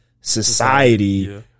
Society